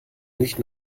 nicht